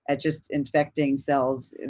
and just infecting cells,